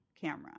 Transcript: camera